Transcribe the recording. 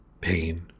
pain